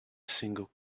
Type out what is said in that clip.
single